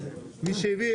מי שהביא,